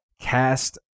cast